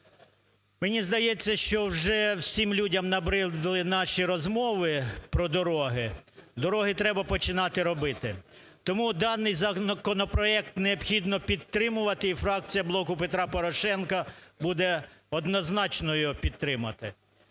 Мені здається, що вже всім людям набридли наші розмови про дороги, дороги треба починати робити. Тому даний законопроект необхідно підтримувати. І фракція "Блоку Петра Порошенка" буде однозначно його підтримувати.